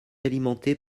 alimenté